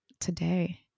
today